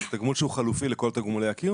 זה תגמול שהוא חלופי לכל תגמולי הקיום